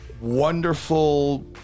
wonderful